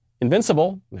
invincible